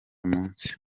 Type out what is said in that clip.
munsi